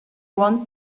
one